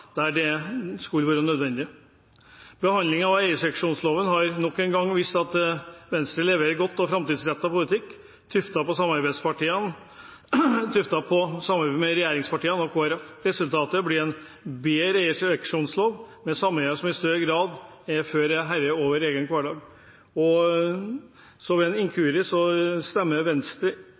der det skulle være nødvendig. Behandlingen av eierseksjonsloven har nok en gang vist at Venstre leverer god og framtidsrettet politikk, tuftet på samarbeid med regjeringspartiene og Kristelig Folkeparti. Resultatet blir en bedre eierseksjonslov, med sameier som i større grad enn før blir herre over egen hverdag. Ved en inkurie ser det ut som om Venstre